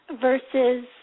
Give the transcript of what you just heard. versus